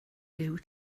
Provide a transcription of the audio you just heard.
byw